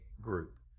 group